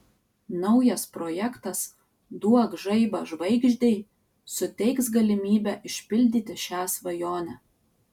naujas projektas duok žaibą žvaigždei suteiks galimybę išpildyti šią svajonę